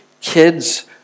kids